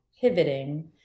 pivoting